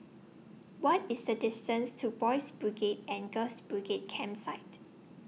What IS The distance to Boys' Brigade and Girls' Brigade Campsite